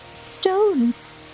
stones